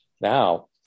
Now